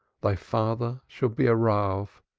thy father shall be a rav,